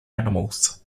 animals